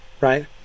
Right